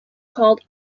called